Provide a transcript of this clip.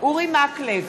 אורי מקלב,